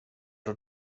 det